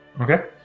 Okay